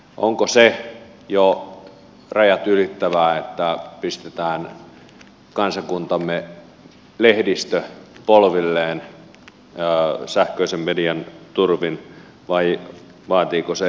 onko se jo rajat ylittävää että pistetään kansakuntamme lehdistö polvilleen sähköisen median turvin vai vaatiiko se enemmän